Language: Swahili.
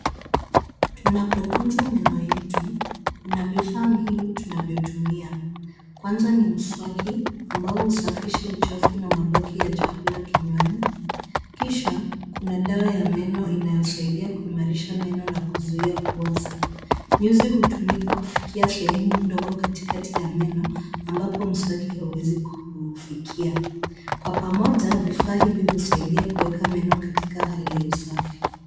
Tunapotunza meno yetu kuna vifaa muhimu tunavyotumia. Kwanza ni mswaki ambao husafisha uchafu na mabaki ya chakula kinywani kisha kuna dawa ya meno inayosaidia kuimarisha meno na kuzuia kuoza. Nyuzi hutumika kufikia sehemu ndogo katikati ya meno ambapo mswaki hauwezi kuufikia. Kwa pamoja vifaa hivi husaidia kuweka meno katika hali ya usafi.